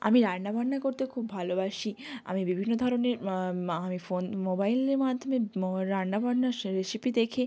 আমি রান্নাবান্না করতে খুব ভালোবাসি আমি বিভিন্ন ধরনের মা আমি ফোন মোবাইলের মাধ্যমে মো রান্নাবান্না স্ রেসিপি দেখে